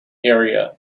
area